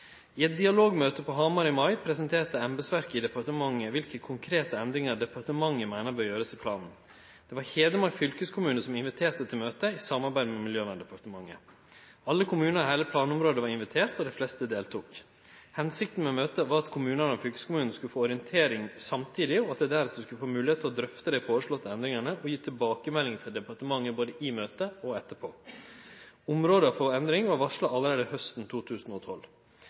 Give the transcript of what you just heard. I eit dialogmøte på Hamar i mai presenterte embetsverket i departementet kva for konkrete endringar departementet meiner bør gjerast i planen. Det var Hedmark fylkeskommune som inviterte til møtet, i samarbeid med Miljøverndepartementet. Alle kommunane i heile planområdet var inviterte, og dei fleste deltok. Hensikta med møtet var at kommunane og fylkeskommunane skulle få ei orientering samtidig, og at dei deretter skulle få høve til å drøfte dei foreslåtte endringane og gje tilbakemelding til departementet både i møtet og etterpå. Områda for endring vart varsla allereie hausten 2012.